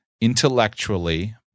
intellectually